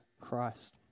Christ